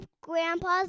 Grandpa's